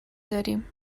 داریم